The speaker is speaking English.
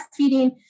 breastfeeding